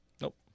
Nope